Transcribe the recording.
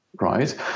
Right